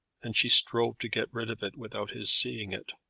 and she strove to get rid of it without his seeing it.